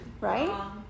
right